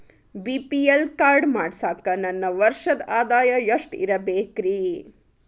BPL card ಮಾಡ್ಸಾಕ ನನ್ನ ವರ್ಷದ್ ಆದಾಯ ಎಷ್ಟ ಇರಬೇಕ್ರಿ?